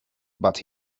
but